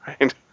right